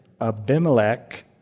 Abimelech